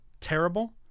terrible